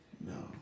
No